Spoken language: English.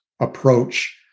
approach